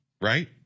right